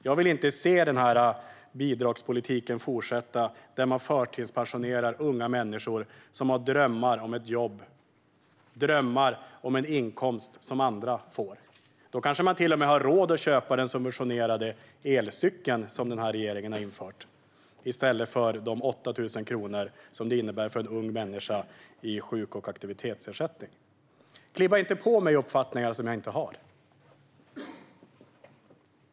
Jag vill inte se denna bidragspolitik fortsätta, där man förtidspensionerar unga människor som har drömmar om ett jobb och om en inkomst som andra. Då kanske de till och med skulle ha råd att köpa en elcykel med regeringens subventioner i stället för att få 8 000 kronor i sjuk och aktivitetsersättning. Klistra inte på mig uppfattningar som jag inte har!